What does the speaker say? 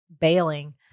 bailing